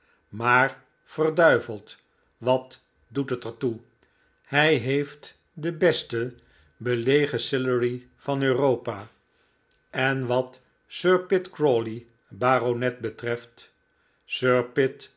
maar verduiveld wat doet het er toe hij heeft den besten belegen sillery van europa en wat sir pitt crawley bart betreft